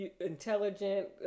intelligent